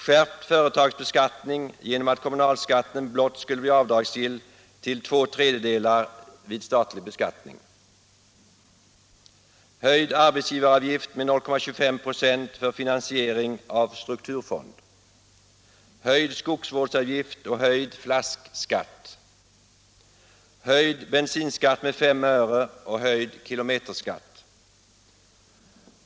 Skärpt företagsbeskattning genom att kommunalskatten blott skulle bli avdragsgill till två tredjedelar vid statlig beskattning. Höjd bensinskatt med 5 öre och höjd kilometerskatt.